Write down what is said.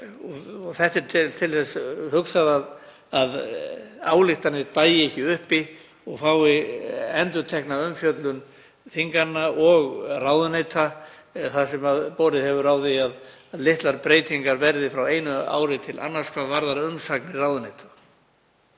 Þetta er til þess hugsað að ályktanir dagi ekki uppi og fái endurtekna umfjöllun þinganna og ráðuneyta þar sem borið hefur á því að litlar breytingar verði frá einu ári til annars hvað varðar umsagnir ráðuneyta.